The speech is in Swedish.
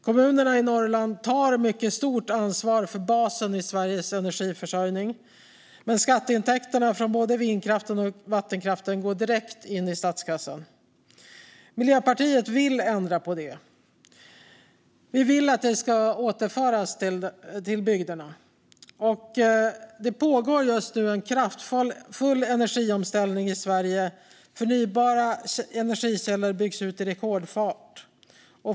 Kommunerna i Norrland tar mycket stort ansvar för basen i Sveriges energiförsörjning, men skatteintäkterna från både vindkraften och vattenkraften går direkt in i statskassan. Miljöpartiet vill ändra på det. Vi vill att de ska återföras till bygderna. Det pågår just nu en kraftfull energiomställning i Sverige. Förnybara energikällor byggs ut i rekordfart.